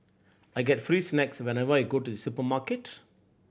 I get free snacks whenever I go to supermarket